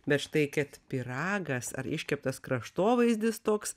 bet štai kad pyragas ar iškeptas kraštovaizdis toks